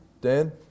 Dan